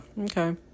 okay